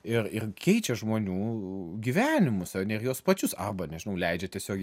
ir ir keičia žmonių gyvenimus ar ne ir juos pačius arba nežinau leidžia tiesiog